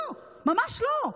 לא, ממש לא.